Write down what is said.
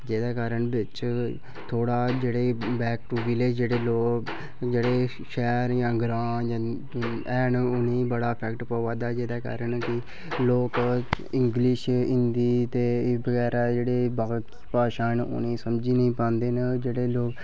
जेह्दे कारण बिच थोह्ड़ा जेह्ड़े बैक टू विलेज जेह्ड़े लोक जेह्ड़े शैह्र जां ग्रांऽ हैन उ'नें ई बड़ा अफैक्ट प'वा दा जेह्दे कारण लोक इंग्लिश हिंदी ते एह् बगैरा जेह्ड़े भाशां न उ'नेंई समझी निं पांदे न